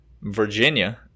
Virginia